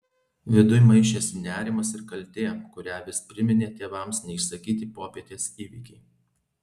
viduj maišėsi nerimas ir kaltė kurią vis priminė tėvams neišsakyti popietės įvykiai